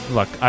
Look